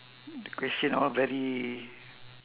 question all very